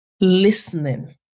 listening